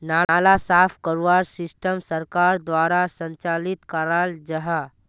नाला साफ करवार सिस्टम सरकार द्वारा संचालित कराल जहा?